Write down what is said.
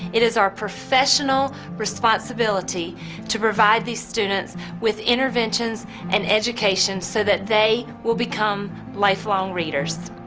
it is our professional responsibility to provide these students with interventions and education so that they will become lifelong readers.